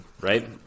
right